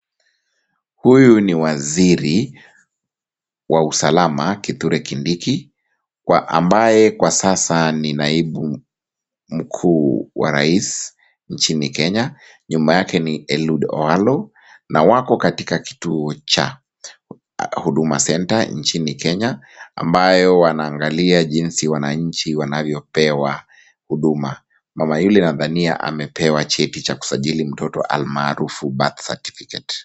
Huyu ni waziri wa usalama Kithure Kindiki ambaye kwa sasa ni naibu mkuu wa rais nchini Kenya. Nyuma yake ni Eliud Owalo na wako katika kituo cha Huduma Center nchini Kenya ambayo wanaangalia jinsi wananchi wanavyopewa huduma. Mama yule nadhania anapewa cheti cha kusajili mtoto almaarufu birth certificate .